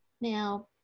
Now